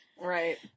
Right